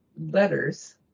letters